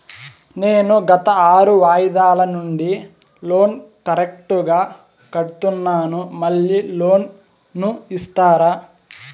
నేను గత ఆరు వాయిదాల నుండి లోను కరెక్టుగా కడ్తున్నాను, మళ్ళీ లోను ఇస్తారా?